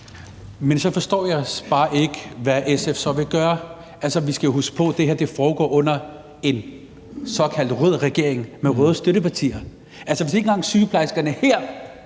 Så forstår jeg bare ikke, hvad SF så vil gøre. Vi skal huske på, at det her foregår under en såkaldt rød regering med røde støttepartier. Hvis ikke engang sygeplejerskerne her